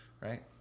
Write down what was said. right